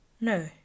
no